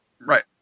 Right